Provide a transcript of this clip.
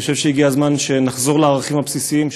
אני חושב שהגיע הזמן שנחזור לערכים הבסיסיים,